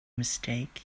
mistake